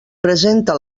presenta